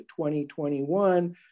2021